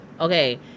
Okay